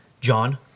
John